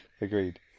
Agreed